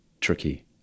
tricky